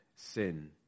sin